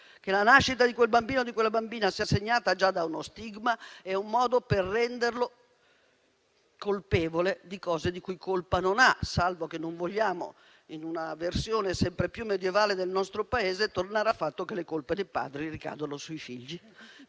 cui la nascita di quel bambino o di quella bambina è segnata già da uno stigma è un modo per rendere quel bambino colpevole di cose per cui colpa non ha, salvo che non vogliamo, in una versione sempre più medievale del nostro Paese, tornare al fatto che le colpe dei padri ricadono sui figli,